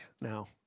now